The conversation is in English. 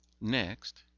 Next